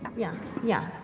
yeah, yeah,